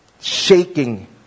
shaking